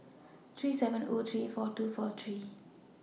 three seven O three four two four three